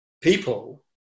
people